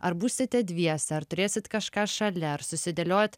ar būsite dviese ar turėsit kažką šalia ar susidėliojot